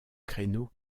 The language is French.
créneaux